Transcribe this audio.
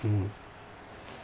mm